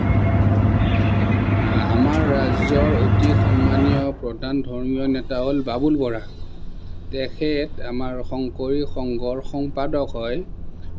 আমাৰ ৰাজ্যৰ অতি সন্মানীয় প্ৰধান ধৰ্মীয় নেতা হ'ল বাবুল বৰা তেখেত আমাৰ শংকৰী সংঘৰ সম্পাদক হয়